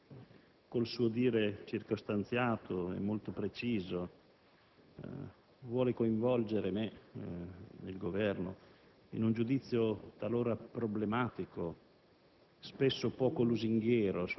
se lei, con il suo dire circostanziato e molto preciso, vuole coinvolgere me e il Governo in un giudizio talora problematico,